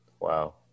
Wow